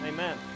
Amen